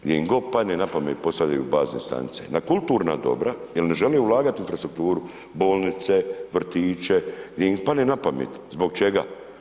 Gdje im god padne na pamet, postavljaju bazne stanice, na kulturna dobra jer ne žele ulagati u infrastrukturu, bolnice, vrtiće, di im padne napamet, zbog čega?